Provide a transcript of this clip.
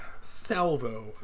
salvo